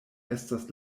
estas